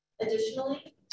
Additionally